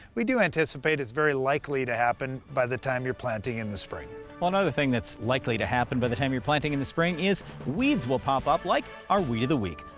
we do anticipate it's very likely to happen by the time you're planting in the spring. b well another thing that's likely to happen by the time you're planting in the spring is weeds will pop-up, like our weed of the week.